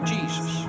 Jesus